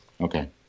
Okay